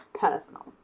personal